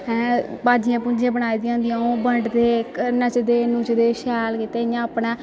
हैं भाजियां भूजियां बनाई दियां होंदियां ओह् बंडदे नचदे नुचदे शैल कीते अपना